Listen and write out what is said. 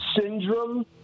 syndrome